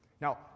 Now